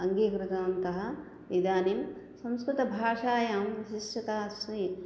अङ्गीकृतवन्तः इदानीं संस्कृतभाषायां शिष्यता अस्मि